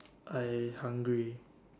I hungry